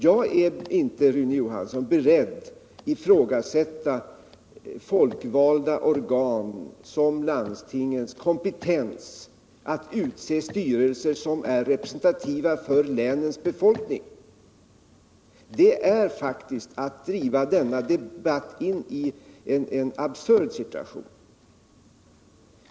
Jag är inte, Rune Johansson, beredd att ifrågasätta kompetensen hos folkvalda organ som landstingen att utse styrelser som är representativa för länens befolkning. Rune Johanssons sätt att debattera är faktiskt att driva denna diskussion in i en absurd situation.